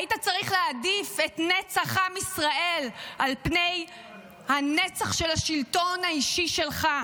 היית צריך להעדיף את נצח עם ישראל על פני הנצח של השלטון האישי שלך.